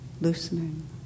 loosening